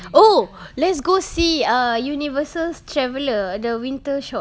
oh let's go see err universal traveller the winter shop